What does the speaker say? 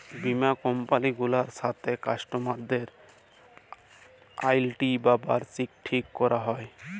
বীমা কমপালি গুলার সাথে কাস্টমারদের আলুইটি বা বার্ষিকী ঠিক ক্যরা হ্যয়